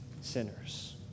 sinners